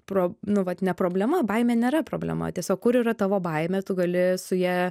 pro nu vat ne problema baimė nėra problema tiesiog kur yra tavo baimė tu gali su ja